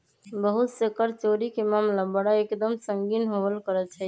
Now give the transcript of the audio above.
बहुत से कर चोरी के मामला बड़ा एक दम संगीन होवल करा हई